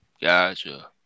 gotcha